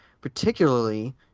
particularly